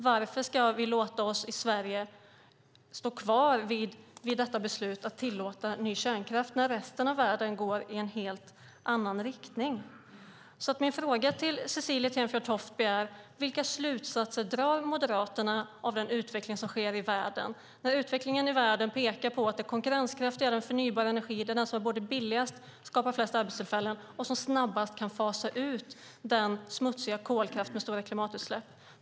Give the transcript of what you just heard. Varför ska vi i Sverige stå kvar vid beslutet att tillåta ny kärnkraft när resten av världen går i en helt annan riktning? Min fråga till Cecilie Tenfjord-Toftby är: Vilka slutsatser drar Moderaterna av den utveckling som sker i världen när utvecklingen i världen pekar på att det konkurrenskraftiga är den förnybara energin som är billigast, skapar flest arbetstillfällen och snabbast kan fasa ut den smutsiga kolkraften med stora klimatutsläpp?